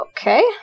Okay